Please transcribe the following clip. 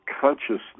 consciousness